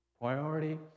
Priority